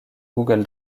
google